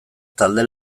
talde